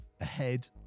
ahead